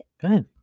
Good